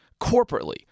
corporately